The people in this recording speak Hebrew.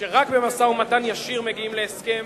שרק במשא-ומתן ישיר מגיעים להסכם,